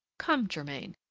come, germain,